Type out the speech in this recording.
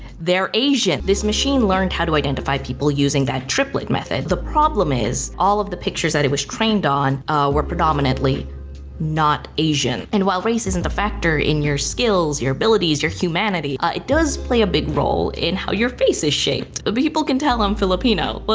they're asian. this machine learned how to identify people using that triplet method. the problem is, all of the pictures that it was trained on were predominantly not asian. and while race isn't a factor in your skills, your abilities, your humanity, it does play a big role in how your face is shaped. but people can tell i'm filipino. but